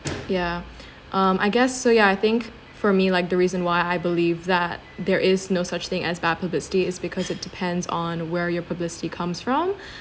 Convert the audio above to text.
yeah um I guess so yeah I think for me like the reason why I believe that there is no such thing as bad publicity is because it depends on where your publicity comes from